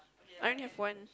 I have one